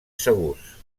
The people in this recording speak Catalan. segurs